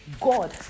God